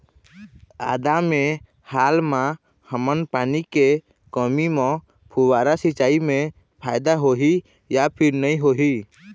आदा मे हाल मा हमन पानी के कमी म फुब्बारा सिचाई मे फायदा होही या फिर नई होही?